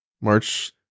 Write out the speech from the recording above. March